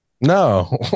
no